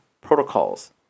protocols